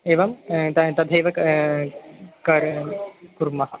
एवं तु तथैव का कर्यं कुर्मः